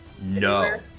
No